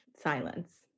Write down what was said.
silence